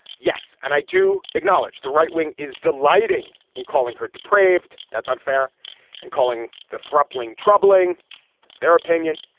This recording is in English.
yes and i do acknowledge the right wing is delighting in calling her depraved. that's unfair and calling the troubling troubling that's their opinion.